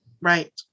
Right